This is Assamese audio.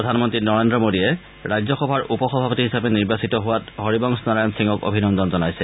প্ৰধানমন্ত্ৰী নৰেন্দ্ৰ মোডীয়ে ৰাজ্যসভাৰ উপসভাপতি হিচাপে নিৰ্বাচিত হোৱাত হৰিবংশ নাৰায়ণ সিঙক অভিনন্দন জনাইছে